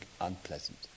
unpleasant